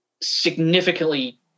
significantly